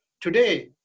Today